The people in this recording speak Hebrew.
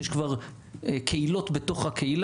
יש לו גם אינטרס להיות בוועדה,